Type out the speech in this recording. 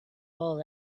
all